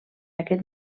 aquest